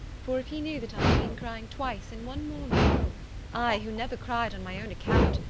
for if he knew that i had been crying twice in one morning i, who never cried on my own account,